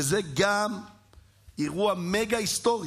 וזה גם אירוע מגה-היסטורי,